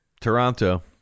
Toronto